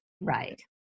right